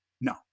No